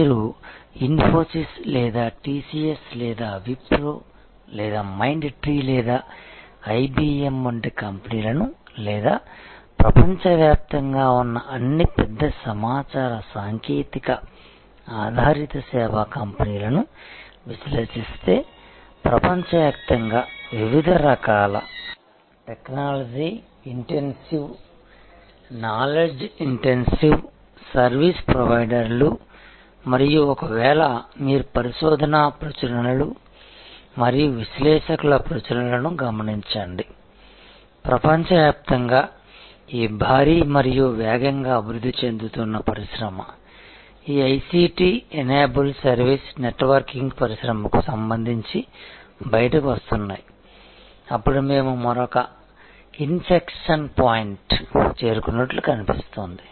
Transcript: మీరు ఇన్ఫోసిస్ లేదా TCS లేదా విప్రో లేదా మైండ్ ట్రీ లేదా IBM వంటి కంపెనీలను లేదా ప్రపంచవ్యాప్తంగా ఉన్న అన్ని పెద్ద సమాచార సాంకేతిక ఆధారిత సేవా కంపెనీలను విశ్లేషిస్తే ప్రపంచవ్యాప్తంగా వివిధ రకాల technology intensive knowledge intensive service ప్రొవైడర్లు మరియు ఒకవేళ మీరు పరిశోధనా ప్రచురణలు మరియు విశ్లేషకుల ప్రచురణలను గమనించండి ప్రపంచవ్యాప్తంగా ఈ భారీ మరియు వేగంగా అభివృద్ధి చెందుతున్న పరిశ్రమ ఈ ICT ఎనేబుల్ సర్వీస్ నెట్వర్కింగ్ పరిశ్రమకు సంబంధించి బయటకు వస్తున్నాయి అప్పుడు మేము మరొక ఇన్ఫెక్షన్ పాయింట్కు చేరుకున్నట్లు కనిపిస్తోంది